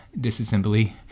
disassembly